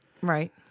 Right